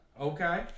Okay